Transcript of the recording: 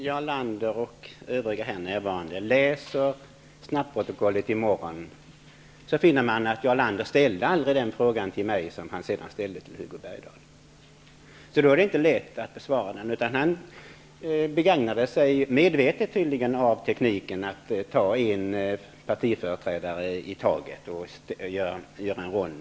Herr talman! När Jarl Lander och övriga läser snabbprotokollet i morgon, kommer det att framgå för dem att Jarl Lander aldrig ställde den fråga till mig som han sedan ställde till Hugo Bergdahl. Då är det inte lätt att besvara frågan. Jarl Lander begagnade sig, tydligen medvetet, av tekniken att replikera på en partiföreträdare i taget.